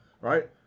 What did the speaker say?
right